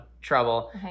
trouble